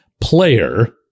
player